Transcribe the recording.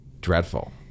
dreadful